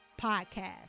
podcast